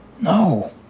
No